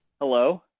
hello